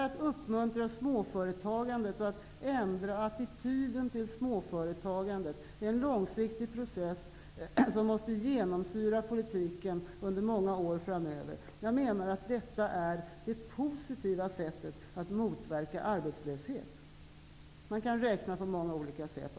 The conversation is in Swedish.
Att uppmuntra småföretagandet och ändra attityden till småföretagandet är en långsiktig process som måste genomsyra politiken under många år framöver. Jag menar att detta är det positiva sättet att motverka arbetslöshet. Man kan räkna på många olika sätt.